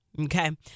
Okay